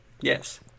yes